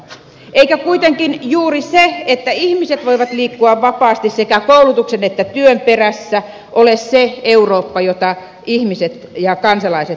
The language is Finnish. eikö kuitenkin juuri se että ihmiset voivat liikkua vapaasti sekä koulutuksen että työn perässä ole se eurooppa jota ihmiset ja kansalaiset haluavat